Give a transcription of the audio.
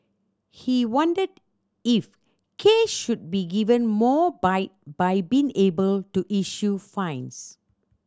he wondered if Case should be given more bite by being able to issue fines